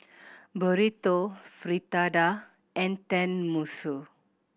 Burrito Fritada and Tenmusu